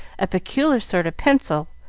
a peculiar sort of pencil,